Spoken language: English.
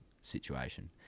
situation